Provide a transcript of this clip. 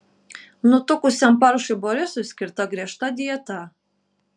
nutukusiam paršui borisui skirta griežta dieta